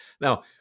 Now